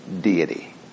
deity